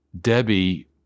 Debbie